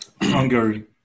Hungary